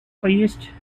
поесть